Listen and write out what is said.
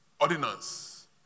ordinance